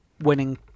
winning